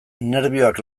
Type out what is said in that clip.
nerbioak